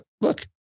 Look